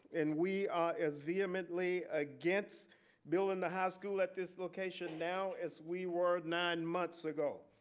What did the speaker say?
and we as vehemently against building the high school at this location now as we were nine months ago.